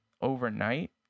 overnight